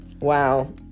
wow